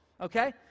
okay